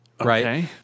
Right